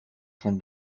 can